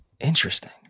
Interesting